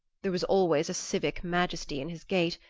there was always a civic majesty in his gait,